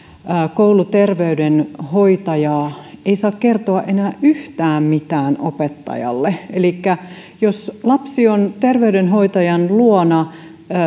kouluterveydenhoitaja ei saa kertoa enää yhtään mitään opettajalle jos lapsi on terveydenhoitajan luona